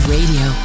Radio